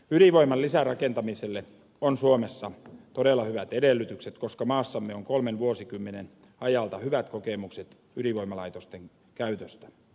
ydinvoiman lisärakentamiselle on suomessa todella hyvät edellytykset koska maassamme on kolmen vuosikymmenen ajalta hyvät kokemukset ydinvoimalaitosten käytöstä